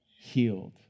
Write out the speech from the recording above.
healed